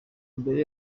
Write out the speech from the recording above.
mbere